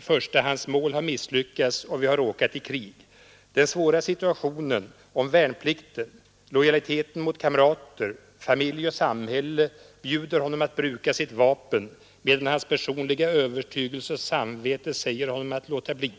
förstahandsmål har misslyckats och vi har råkat i krig — den svåra situationen om värnplikten, lojaliteten mot kamrater, familj och samhälle bjuder honom att bruka vapen medan hans personliga övertygelse och samvete säger till honom att låta bli.